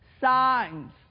signs